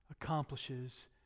accomplishes